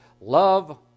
love